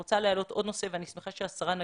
נתקלתי גם באוכלוסיות הנוספות של החיילים